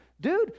Dude